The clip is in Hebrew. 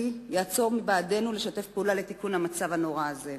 יעצור בעדנו מלשתף פעולה לתיקון המצב הנורא הזה.